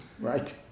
right